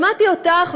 שמעתי אותךְ,